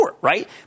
right